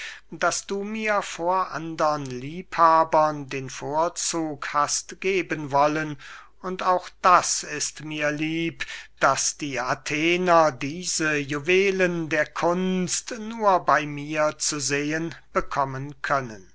daß du mir vor andern liebhabern den vorzug hast geben wollen und auch das ist mir lieb daß die athener diese juwelen der kunst nur bey mir zu sehen bekommen können